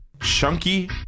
Chunky